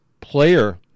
player